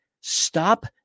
stop